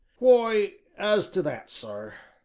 why, as to that, sir,